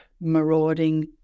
marauding